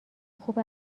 خوب